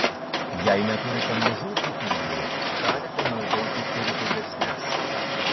jei neturite mažų cukinijų galite naudoti ir didesnes